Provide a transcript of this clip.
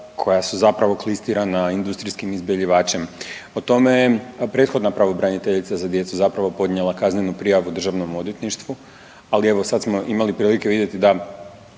koja su zapravo klistirana industrijskim izbjeljivačem. O tome je prethodna pravobraniteljica za djecu zapravo podnijela kaznenu prijavu državnom odvjetništvu, ali evo sad smo imali prilike vidjeti da